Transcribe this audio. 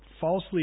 falsely